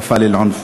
כפא ללענף.